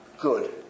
good